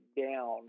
down